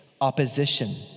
opposition